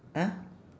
!huh!